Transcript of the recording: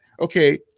okay